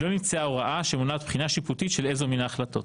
לא נמצאה הוראה שעונה על בחינה שיפוטית של איזו מן ההחלטות.